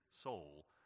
soul